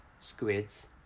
squids